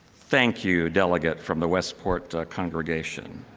thank you, delegate from the westport congregation.